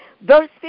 verse